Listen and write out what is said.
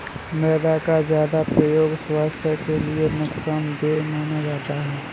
मैदा का ज्यादा प्रयोग स्वास्थ्य के लिए नुकसान देय माना जाता है